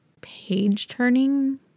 page-turning